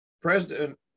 President